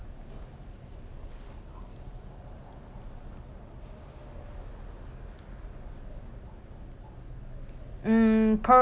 mm